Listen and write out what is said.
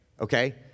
okay